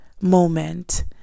moment